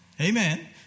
Amen